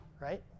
Right